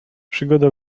przygoda